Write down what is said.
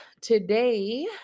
today